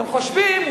אתם חושבים,